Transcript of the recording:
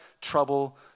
trouble